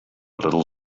little